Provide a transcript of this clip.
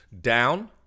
down